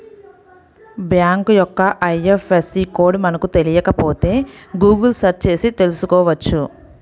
bank యొక్క IFSC code మనకు తెలియకపోతే గుగుల్ సెర్చ్ చేసి తెల్సుకోవచ్చు